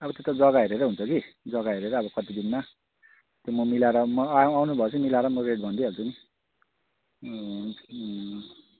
अब त्यो त जग्गा हेरेर हुन्छ कि जग्गा हेरेर अब कति दिनमा त्यो म मिलाएर म अँ आउनु भएपछि म मिलाएर म रेट भनिदिइहाल्छु नि